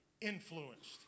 influenced